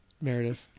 Meredith